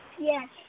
Yes